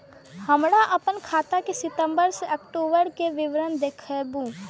हमरा अपन खाता के सितम्बर से अक्टूबर के विवरण देखबु?